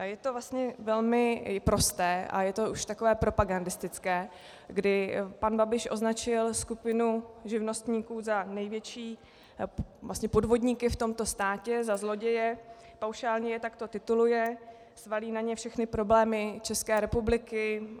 Je to vlastně velmi prosté a je to už takové propagandistické, kdy pan Babiš označil skupinu živnostníků za největší vlastně podvodníky v tomto státě, za zloděje, paušálně je takto tituluje, svalí na ně všechny problémy České republiky.